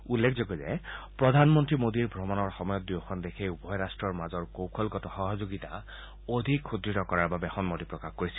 উল্লেখযোগ্য প্ৰধানমন্ত্ৰী মোদীৰ ভ্ৰমণৰ সময়ত দুয়োখন দেশে উভয় ৰাষ্টৰ মাজত কৌশলগত সহযোগিতা অধিক সুদঢ় কৰাৰ বাবে সন্মতি প্ৰকাশ কৰিছিল